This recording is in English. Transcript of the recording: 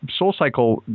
SoulCycle